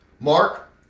Mark